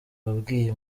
wabwiye